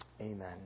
Amen